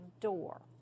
door